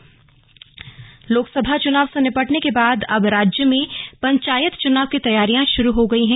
पंचायत चुनाव लोकसभा चुनाव से निपटने के बाद अब राज्य में पंचायत चुनाव की तैयारियां शुरू हो गई हैं